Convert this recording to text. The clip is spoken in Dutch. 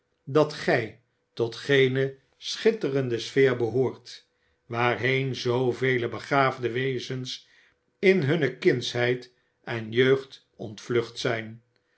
dat gij tot gene schitterende sfeer behoort waarheen zoovele begaafde wezens in hunne kindsheid en jeugd ontvlucht zijn